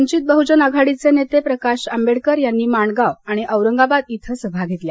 वंचित बहुजन आघाडीचे नेते प्रकाश आंबेडकर यांनी माणगाव आणि औरंगाबाद इथं सभा घेतल्या